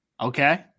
Okay